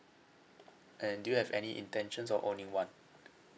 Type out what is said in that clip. and do you have any intentions of owning one